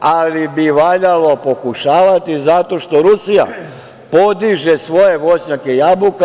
ali bi valjalo pokušavati, zato što Rusija podiže svoje voćnjake jabuka.